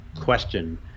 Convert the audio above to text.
question